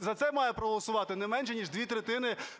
за це має проголосувати не менш ніж дві третини